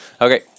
Okay